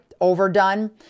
overdone